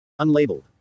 unlabeled